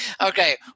Okay